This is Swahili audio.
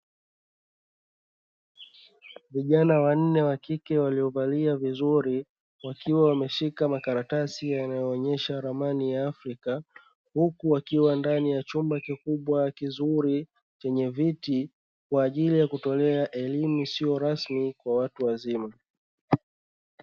Vijana wa nne wa kike waliovalia vizuri, wakiwa wameshika makaratasi yanayoonyesha ramani ya Afrika, huku wakiwa ndani ya chumba kikubwa kizuri chenye viti kwa ajili ya kutolea elimu isiyo rasmi kwa watu wazima.